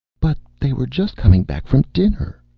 but they were just coming back from dinner,